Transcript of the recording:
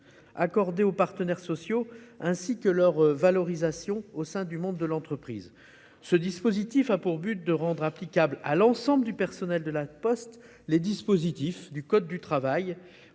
accorde aux partenaires sociaux et par leur valorisation au sein du monde de l'entreprise. Ce texte a pour but de rendre applicables à l'ensemble du personnel de La Poste les dispositions du code du travail